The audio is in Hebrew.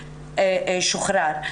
שוחרר.